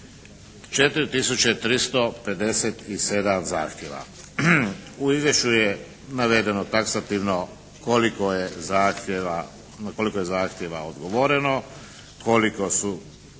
357 zahtjeva. U izvješću je navedeno taksativno koliko je zahtjeva odgovoreno, koliko su